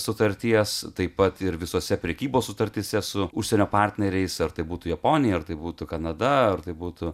sutarties taip pat ir visose prekybos sutartyse su užsienio partneriais ar tai būtų japonija ar tai būtų kanada ar tai būtų